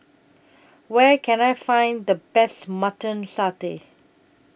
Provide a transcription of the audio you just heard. Where Can I Find The Best Mutton Satay